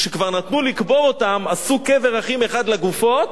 כשכבר נתנו לקבור אותם, עשו קבר אחים אחד לגופות,